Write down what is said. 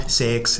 six